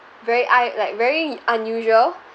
very I like very unusual